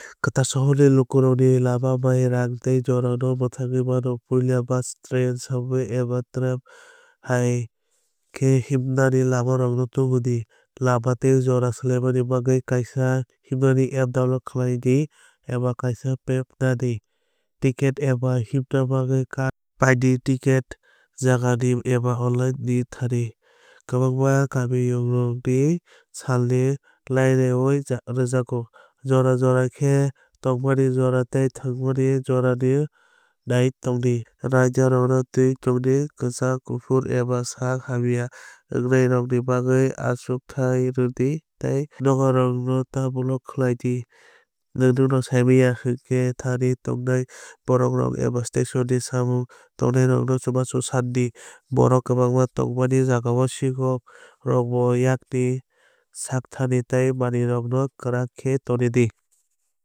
Kwtal sohor o lukurokni lama bai rang tei jora no mwthangwi mano. Puila bus train subway eba tram hai khe himnani lamarokno tubudi. Lama tei jora saimanna bagwi kaisa himnani app download khaidi eba kaisa map naidi. Tiket eba himna bagwi card pai di tiket phalnai jaga ni eba online ni thani. Kwbangma kamiyungrogo salni laireoui rwjago. Jora jora khe tongmani jora tei thwngmani jora ni naiwi tongdi. Raidarokno tẃiwi tong di kwchak kuphur eba sak hamya wngnairokni bagwi achukthai rw di tei dugarrokno ta block khlai di. Nwng nwngno saimanya hwnkhe thani tongnai borokrok eba station ni samung tangnairokno chubachu san di. Borok kwbangma tongmani jagao sikok rokbo yakni sakthardi tei manwirokno kwrak khe tonwi tongdi.